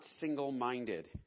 single-minded